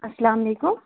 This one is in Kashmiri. اسلام علیکُم